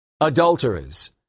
adulterers